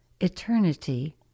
eternity